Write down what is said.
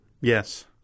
Yes